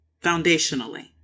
foundationally